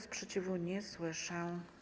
Sprzeciwu nie słyszę.